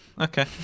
Okay